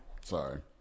Sorry